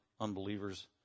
unbelievers